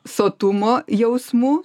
sotumo jausmu